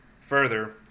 further